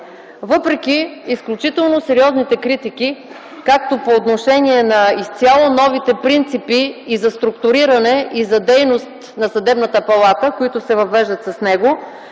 въпреки изключително сериозните критики както по отношение на изцяло новите принципи и за структуриране, и за дейност на Сметната палата, които се въвеждат с него,